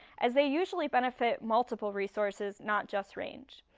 as they usually benefit multiple resources, not just range.